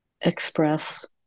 express